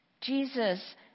Jesus